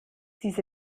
diese